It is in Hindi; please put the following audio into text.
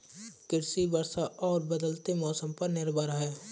कृषि वर्षा और बदलते मौसम पर निर्भर है